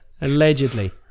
Allegedly